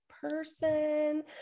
person